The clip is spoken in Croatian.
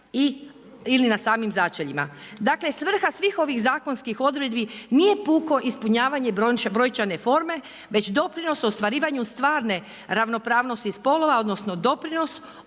ili na samim začeljima. Dakle, svrha svih ovih zakonskih odredbi nije puko ispunjavanje brojčane forme već doprinos ostvarivanju stvarne ravnopravnosti spolova, odnosno doprinos